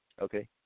okay